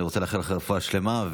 אני רוצה לאחל לך רפואה שלמה.